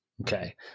Okay